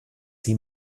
sie